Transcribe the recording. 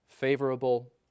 favorable